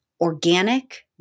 organic